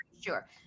sure